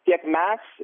tiek mes